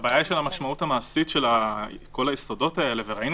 הבעיה היא שהמשמעות המעשית של כל היסודות האלה וראינו